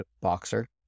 boxer